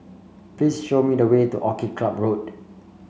please show me the way to Orchid Club Road